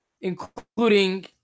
including